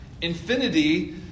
infinity